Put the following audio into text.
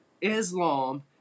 Islam